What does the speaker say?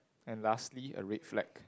and lastly a red flag